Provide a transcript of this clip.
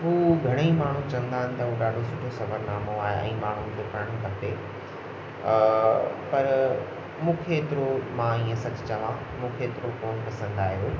उहो घणेई माण्हू चवंदा आहिनि त उहो ॾाढो सुठो सफ़रनामो आहे ऐं माण्हुनि खे पढ़णु खपे पर मूंखे हेतिरो मां ये सच चवां मूंखे हेतिरो कोन पसंदि आहियो